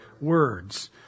words